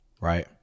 right